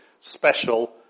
special